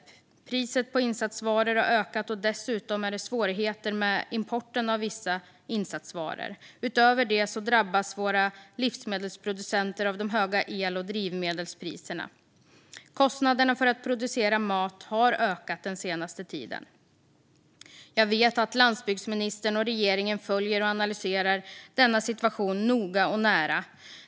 Priset på insatsvaror har ökat, och dessutom är det svårigheter med importen av vissa insatsvaror. Utöver det drabbas våra livsmedelsproducenter av de höga el och drivmedelspriserna. Kostnaderna för att producera mat har ökat den senaste tiden. Jag vet att landsbygdsministern och regeringen följer och analyserar denna situation noga och nära.